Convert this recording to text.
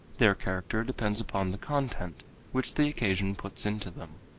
their character depends upon the content which the occasion puts into them.